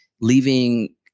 leaving